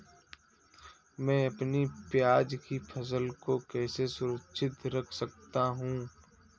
मैं अपनी प्याज की फसल को कैसे सुरक्षित रख सकता हूँ?